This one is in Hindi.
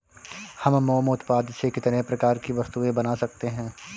हम मोम उत्पाद से कितने प्रकार की वस्तुएं बना सकते हैं?